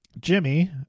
Jimmy